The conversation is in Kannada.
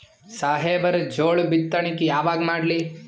ಸಾಹೇಬರ ಜೋಳ ಬಿತ್ತಣಿಕಿ ಯಾವಾಗ ಮಾಡ್ಲಿ?